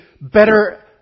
better